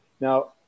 Now